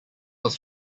was